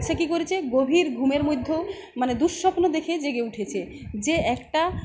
সে কি করেছে গভীর ঘুমের মধ্যেও মানে দুঃস্বপ্ন দেখে জেগে উঠেছে যে একটা